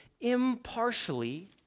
impartially